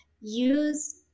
use